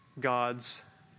God's